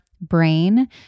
brain